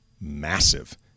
massive